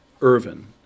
Irvin